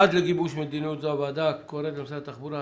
עד לגיבוש מדיניות זו, הוועדה קוראת למשרד התחבורה